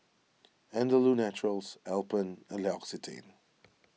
Andalou Naturals Alpen and L'Occitane